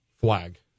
flag